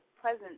pleasant